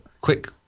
Quick